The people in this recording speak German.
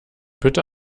bitte